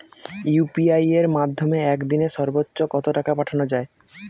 UPI এর মাধ্যমে এক দিনে সর্বচ্চ কত টাকা পাঠানো যায়?